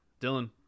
Dylan